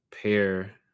pair